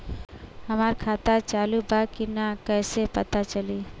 हमार खाता चालू बा कि ना कैसे पता चली?